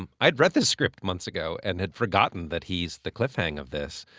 um i had read this script months ago and had forgotten that he's the cliff-hang of this.